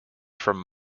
from